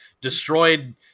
destroyed